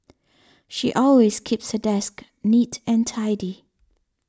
she always keeps her desk neat and tidy